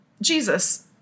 Jesus